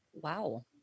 Wow